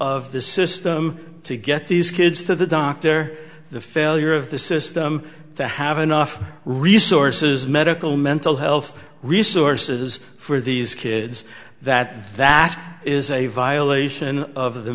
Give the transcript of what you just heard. of the system to get these kids to the doctor the failure of the system to have enough resources medical mental health resources for these kids that that is a violation of the